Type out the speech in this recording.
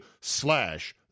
slash